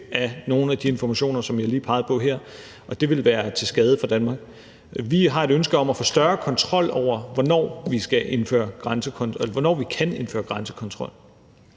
af nogle af de informationer, som jeg lige pegede på her, og det ville være til skade for Danmark. Vi har et ønske om at få større kontrol over, hvornår vi kan indføre grænsekontrol.